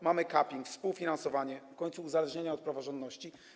Mamy capping, współfinansowanie, w końcu uzależnienie od praworządności.